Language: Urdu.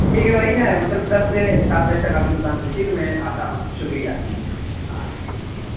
ٹھیک ہے وہی نا مطلب دس سے سات بجے تک آپ کی دکان کھلتی ہے تو میں آتا ہوں شکریہ ہاں ٹھیک ٹھیک